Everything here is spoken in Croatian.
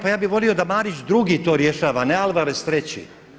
Pa ja bih volio da Marić drugi to rješava, ne Alvarez treći.